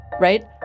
right